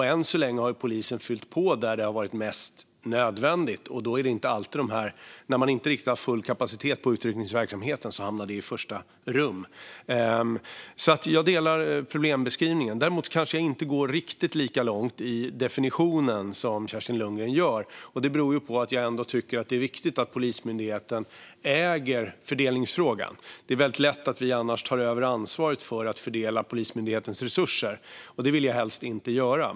Än så länge har polisen fyllt på där det har varit mest nödvändigt. När man då inte har full kapacitet i utryckningsverksamheten är det i första hand där som förstärkningarna hamnar. Jag instämmer alltså i problembeskrivningen. Däremot kanske jag inte går riktigt lika långt i definitionen som Kerstin Lundgren gör, och det beror på att jag ändå tycker att det är viktigt att Polismyndigheten ska äga fördelningsfrågan. Det är annars lätt att vi tar över ansvaret för att fördela Polismyndighetens resurser, och det vill jag helst inte göra.